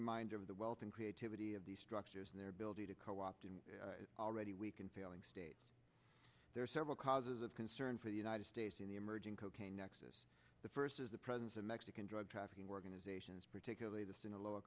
reminder of the wealth and creativity of these structures and their ability to co opt an already weak and failing state there are several causes of concern for the united states in the emerging cocaine nexus the first is the presence of mexican drug trafficking organizations particularly this in a low